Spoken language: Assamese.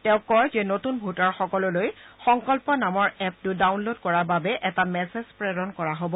তেওঁ কয় যে নতুন ভোটাৰসকললৈ 'সংকল্প নামৰ এপটো ডাউনলোড কৰাৰ বাবে এটা মেছেছ প্ৰেৰণ কৰা হ'ব